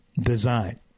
design